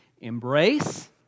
embrace